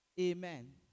Amen